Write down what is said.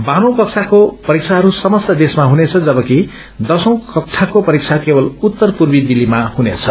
बाह्री कक्षाको परीक्षाहरू समस्त देशमा हुनेछ जबकि दशौ कक्षाको परीक्षा केवल उत्तर पूर्वी दिल्लीमा हुनेछ